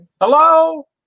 Hello